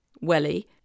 welly